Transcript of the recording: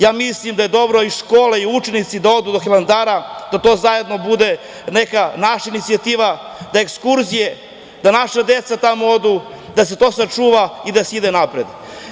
Ja mislim da je dobro i škole i učenici da odu do Hilandara, da to bude neka naša inicijativa, da ekskurzije, da naša deca tamo odu, da se to sačuva i da se ide napred.